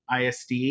ISD